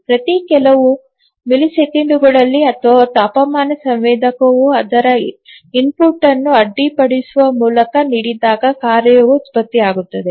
ಪ್ರತಿ ಕೆಲವು ಮಿಲಿಸೆಕೆಂಡುಗಳಲ್ಲಿ ಅಥವಾ ತಾಪಮಾನ ಸಂವೇದಕವು ಅದರ ಇನ್ಪುಟ್ ಅನ್ನು ಅಡ್ಡಿಪಡಿಸುವ ಮೂಲಕ ನೀಡಿದಾಗ ಕಾರ್ಯವು ಉತ್ಪತ್ತಿಯಾಗುತ್ತದೆ